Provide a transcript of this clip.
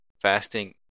Fasting